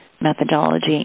methodology